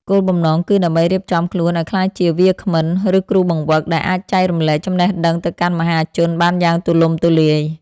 គោលបំណងគឺដើម្បីរៀបចំខ្លួនឱ្យក្លាយជាវាគ្មិន ឬគ្រូបង្វឹក ដែលអាចចែករំលែកចំណេះដឹងទៅកាន់មហាជនបានយ៉ាងទូលំទូលាយ។